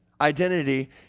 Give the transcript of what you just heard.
identity